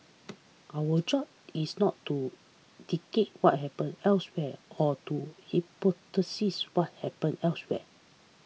our job is not to dictate what happen elsewhere or to hypothesise what happen elsewhere